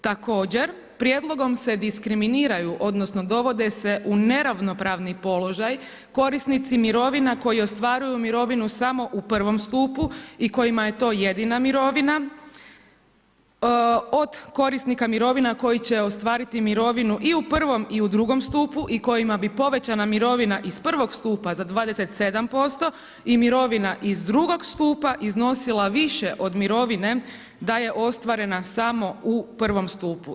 Također, Prijedlogom se diskriminiraju, odnosno dovode se u neravnopravni položaj korisnici mirovina koji ostvaruju mirovinu samo u prvom stupu i kojima je to jedina mirovina od korisnika mirovina koji će ostvariti mirovinu i u I i u II stupu i kojima bi povećana mirovina iz prvog stupa za 27% i mirovina iz II stupa iznosila više od mirovine da je ostvarena samo u I stupu.